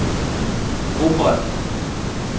ऊपर